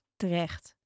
terecht